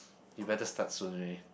you better start soon right